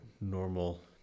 normal